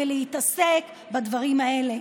להתעסק בדברים האלה.